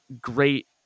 great